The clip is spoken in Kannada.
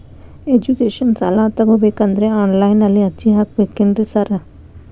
ಎಜುಕೇಷನ್ ಸಾಲ ತಗಬೇಕಂದ್ರೆ ಆನ್ಲೈನ್ ನಲ್ಲಿ ಅರ್ಜಿ ಹಾಕ್ಬೇಕೇನ್ರಿ ಸಾರ್?